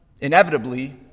inevitably